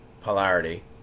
polarity